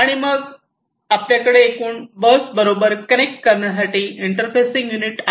आणि मग आपल्याकडे एकूण बस बरोबर कनेक्ट करण्यासाठी इंटरफेसिंग युनिट आहे